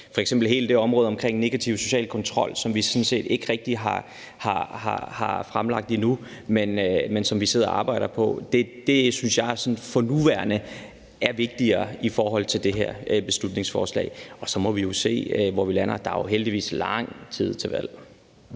hele det her område om negativ social kontrol, som vi sådan set ikke rigtig har fremlagt noget om endnu, men som vi sidder og arbejder på. Det synes jeg for nuværende er vigtigere i forhold til det her beslutningsforslag. Så må vi jo se, hvor vi lander. Der er heldigvis lang tid til et valg.